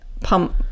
pump